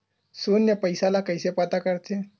शून्य पईसा ला कइसे पता करथे?